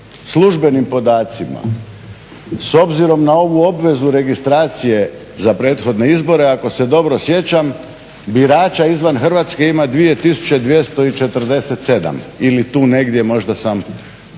službenim podacima s obzirom na ovu obvezu registracije za prethodne izbore ako se dobro sjećam birača izvan Hrvatske ima 2247 ili tu negdje, možda sam